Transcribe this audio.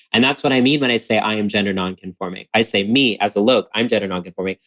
and that's what i mean when i say i am gender nonconforming, i say me as alok, i'm gender nonconforming.